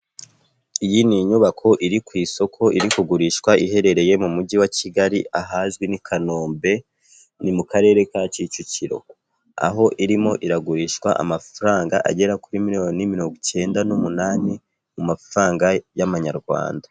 Iyi ni inyubako iri ku isoko iri kugurishwa, iherereye mu Mujyi wa Kigali ahazwi nk'i Kanombe, ni mu karere ka Kicukiro, aho irimo iragurishwa amafaranga agera kuri miliyoni mirongo icyenda n'umunani mu mafaranga y'amanyarwanda.